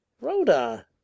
Rhoda